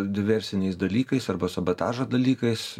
diversiniais dalykais arba sabotažo dalykais